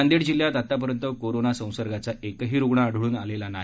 नांदेड जिल्ह्यात आजपर्यंत कोरोना संसर्गाचा एकही रुग्ण आढून आलेला नाही